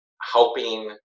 helping